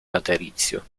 laterizio